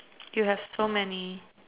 you have so many